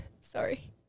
Sorry